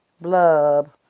blub